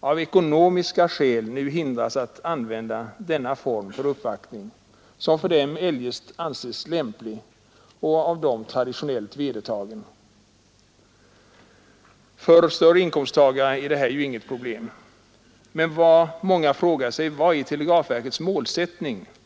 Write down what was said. av ekonomiska skäl hindras att använda denna form för uppvaktning som eljest anses lämplig och som är av dem traditionellt vedertagen. För större inkomsttagare är detta väl inget problem, men många frågar sig vilken målsättning televerket har.